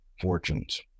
fortunes